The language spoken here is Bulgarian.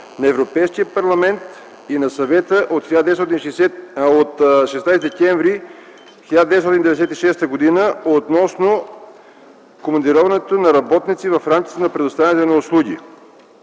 на Европейския парламент и на Съвета от 16 декември 1996 г. относно командироването на работници в рамките на предоставянето на услуги.